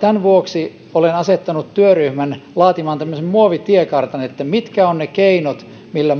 tämän vuoksi olen asettanut työryhmän laatimaan tämmöisen muovitiekartan mitkä ovat ne keinot millä